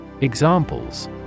Examples